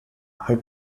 her